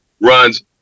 runs